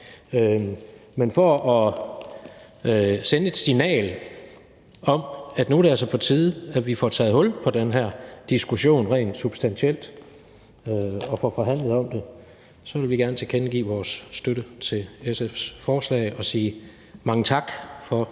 Men for at sende et signal om, at nu er det altså på tide, at vi får taget hul på den her diskussion rent substantielt og får forhandlet om det, så vil vi gerne tilkendegive vores støtte til SF's forslag og sige mange tak til